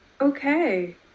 okay